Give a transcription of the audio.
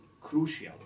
crucial